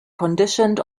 conditioned